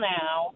now